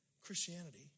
Christianity